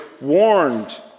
warned